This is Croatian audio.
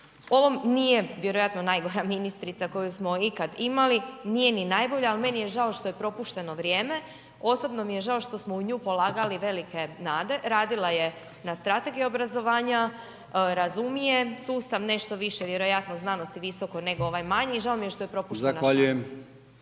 ovom nije vjerojatno najgora ministrica koju smo ikad imali, nije ni najbolja, al meni je žao što je propušteno vrijeme, osobno mi je žao što smo u nju polagali velike nade, radila je na strategiji obrazovanja, razumije sustav, nešto više vjerojatno znanost i visoko nego ovaj manji, žao mi je što je propuštena